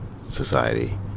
society